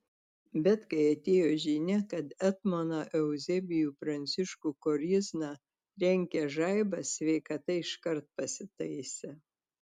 bet kai atėjo žinia kad etmoną euzebijų pranciškų korizną trenkė žaibas sveikata iškart pasitaisė